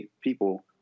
people